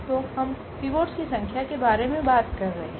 तो हम पिवोट्स की संख्या के बारे में बात कर रहे हैं